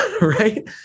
right